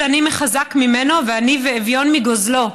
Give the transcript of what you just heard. עני מחזק ממנו ועני ואביון מגוזלו".